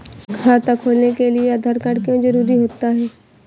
खाता खोलने के लिए आधार कार्ड क्यो जरूरी होता है?